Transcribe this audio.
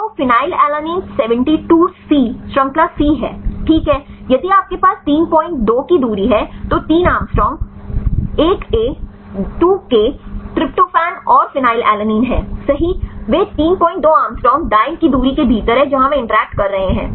तो phenylalanine 72 C श्रृंखला सी है ठीक यदि आपके पास 32 की दूरी है तो 3 एंगस्ट्रॉम 1 ए 2 के ट्राइट्रोपेन और फेनिलएलनिन हैं सही वे 32 एंगस्ट्रॉम दाएं की दूरी के भीतर हैं जहां वे इंटरैक्ट कर रहे हैं